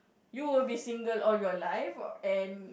you will be single all your life and